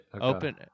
Open